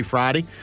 Friday